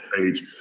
page